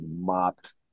mopped